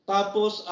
Tapos